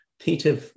Peter